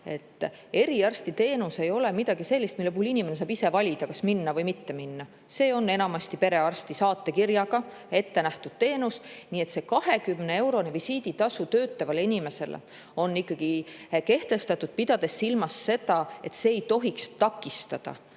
Eriarstiteenus ei ole midagi sellist, mille puhul inimene saab ise valida, kas minna või mitte minna, see on enamasti perearsti saatekirjaga ette nähtud teenus. Nii et see 20-eurone visiiditasu töötavale inimesele on ikkagi kehtestatud, pidades silmas seda, et see ei tohiks takistada